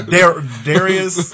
Darius